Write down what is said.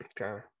Okay